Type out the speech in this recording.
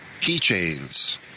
keychains